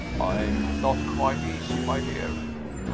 i'm not quite easy, my dear.